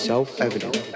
self-evident